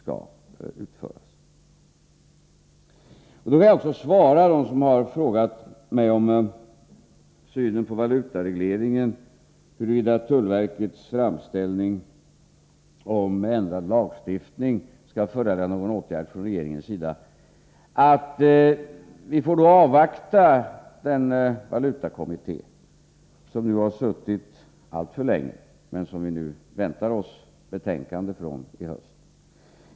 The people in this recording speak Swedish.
Jag vill svara dem som har frågat mig om synen på valutaregleringen och huruvida tullverkets framställning om en ändring av lagstiftningen kommer att föranleda någon åtgärd från regeringens sida, att vi får avvakta förslaget från den valutakommitté som nu har suttit alltför länge men som vi väntar oss ett betänkande från i höst.